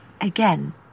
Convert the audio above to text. Again